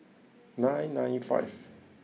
nine nine five